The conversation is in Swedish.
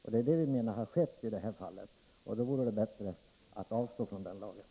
Vi menar att så har skett i detta fall, och då vore det bättre att avstå från denna lag.